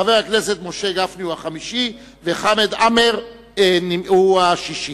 חבר הכנסת משה גפני הוא החמישי וחבר הכנסת חמד עמאר הוא השישי.